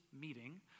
meeting